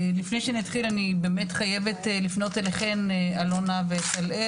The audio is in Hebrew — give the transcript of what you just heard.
לפני שאני אתחיל אני באמת חייבת לפנות אליכן א' ו' וטל-אל